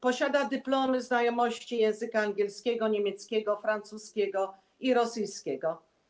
Posiada dyplomy znajomości języków: angielskiego, niemieckiego, francuskiego i rosyjskiego.